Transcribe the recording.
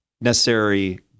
necessary